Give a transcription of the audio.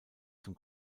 zum